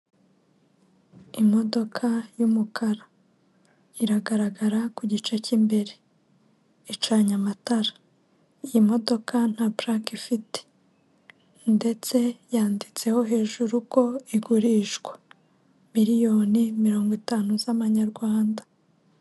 Imodoka y'umukara, iragaragara ku gice cy'imbere, icanye amatara, iyi modoka nta purake ifite ndetse yanditseho hejuru ko igurishwa miriyoni mirongo itanu z'amanyarwanda.